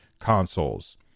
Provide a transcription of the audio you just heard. consoles